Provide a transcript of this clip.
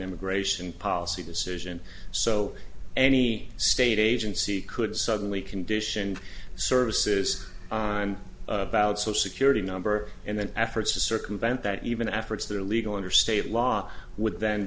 immigration policy decision so any state agency could suddenly condition services about social security number and then efforts to circumvent that even efforts that are legal under state law would then